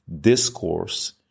discourse